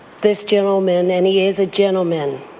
this gentleman and he is a gentleman,